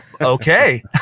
Okay